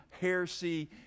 heresy